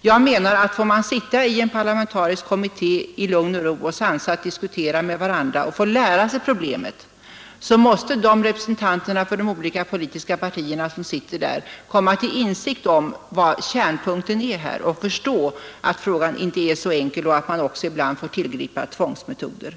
Jag menar att får vi sitta i lugn och ro i en parlamentarisk kommitté och sansat diskutera med varandra och lära oss problemet, så måste de representater för de politiska partierna som sitter där komma till insikt om vad kärnpunkten är. Då kommer de att förstå att frågan inte är så enkel och att man ibland också får tillgripa tvångsmetoder.